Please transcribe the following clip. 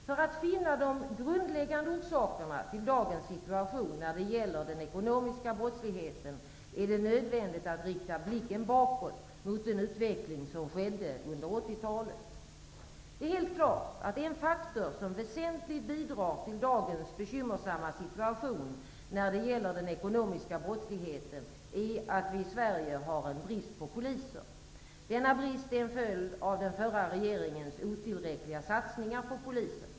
För att finna de grundläggande orsakerna till dagens situation när det gäller den ekonomiska brottsligheten, är det nödvändigt att rikta blicken bakåt mot den utveckling som skedde under 1980 Det är helt klart att en faktor som väsentligt bidrar till dagens bekymmersamma situation när det gäller den ekonomiska brottsligheten, är att vi i Sverige har en brist på poliser. Denna brist är en följd av den förra regeringens otillräckliga satsningar på polisen.